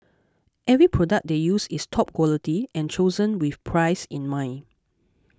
every product they use is top quality and chosen with price in mind